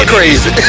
crazy